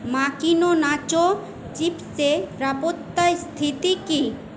Makino nacho চিপসে স্থিতি কী